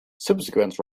subsequent